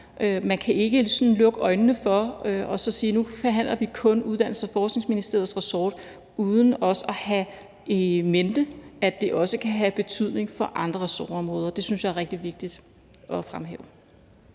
Man kan ikke sådan lukke øjnene og sige, at nu behandler vi kun Uddannelses- og Forskningsministeriets ressort, uden at have in mente, at det også kan have betydning for andre ressortområder. Det synes jeg er rigtig vigtigt at fremhæve.